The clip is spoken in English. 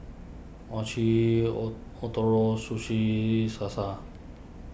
Mochi O Ootoro Sushi Salsa